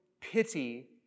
pity